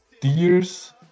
deers